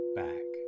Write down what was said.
back